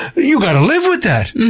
you've got to live with that,